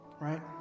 Right